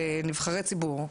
בנבחרי ציבור,